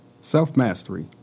Self-mastery